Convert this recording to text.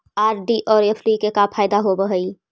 RD और FD के का फायदा होव हई?